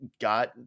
got